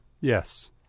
Yes